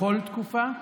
בכל תקופה,